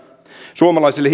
suomalaisille